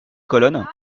colonne